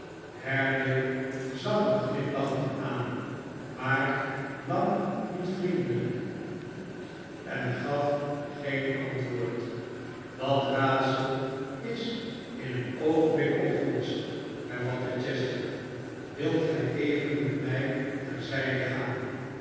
haredale zag hem glimlachend aan maar lang niet vriendelijk en gaf geen antwoord dat raadsel is in een oogenblik opgelost hervatte chester wilt gij even met mij ter zijde gaan